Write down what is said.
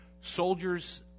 Soldiers